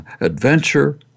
adventure